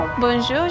Bonjour